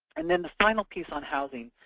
and then the final piece on housing.